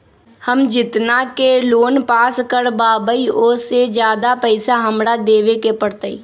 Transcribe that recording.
हम जितना के लोन पास कर बाबई ओ से ज्यादा पैसा हमरा देवे के पड़तई?